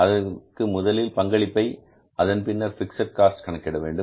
அதற்கு முதலில் பங்களிப்பை அதன் பின்னர் பிக்ஸட் காஸ்ட் கணக்கிட வேண்டும்